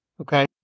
okay